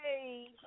hey